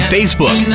Facebook